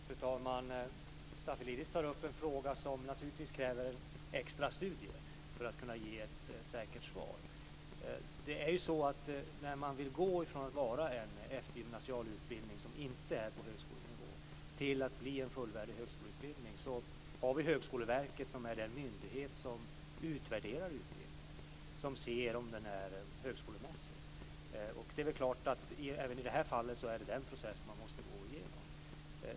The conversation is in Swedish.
Fru talman! Stafilidis tar upp en fråga som naturligtvis kräver extra studier för att man ska kunna ge ett säkert svar. När man vill gå från att vara en eftergymnasial utbildning som inte är på högskolenivå till att bli en fullvärdig högskoleutbildning är Högskoleverket den myndighet som utvärderar utbildningen och ser om den är högskolemässig. Även i det här fallet är det förstås den processen man måste gå igenom.